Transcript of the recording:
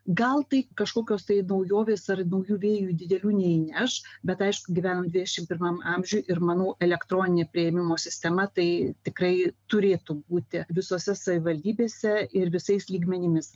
gal tai kažkokios tai naujovės ar naujų vėjų didelių neįneš bet aišku gyvenam dvidešim pirmam amžiuj ir manau elektroninė priėmimo sistema tai tikrai turėtų būti visose savivaldybėse ir visais lygmenimis